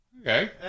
okay